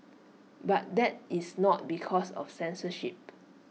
but that is not because of censorship